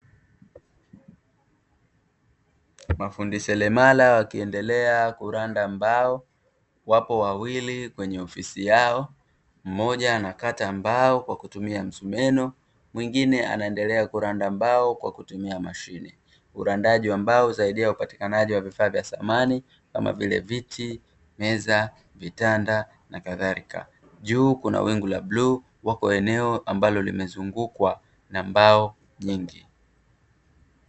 Mafundi seremala wakiendelea kuranda mbao wapo wawili kwenye ofisi yao, mmoja anakata mbao kwa kutumia msumeno mwingine anaendelea kuranda mbao kwa kutumia mashine. Urandaji wa mbao husaidia katika upatikanaji wa vifaa vya samani kama vile viti, meza, vitanda na kadharika, juu kuna wingu la bluu wako eneo ambalo limezungukwa na mbao nyingi.